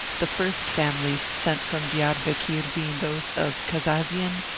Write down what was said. the first families sent from diarbekir being those of kazazian,